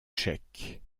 tchèque